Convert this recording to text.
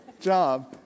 job